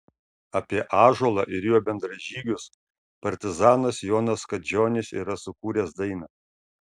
apie ąžuolą ir jo bendražygius partizanas jonas kadžionis yra sukūręs dainą